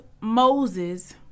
Moses